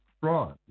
fraud